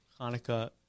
Hanukkah